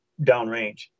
downrange